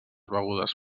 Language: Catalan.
begudes